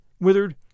withered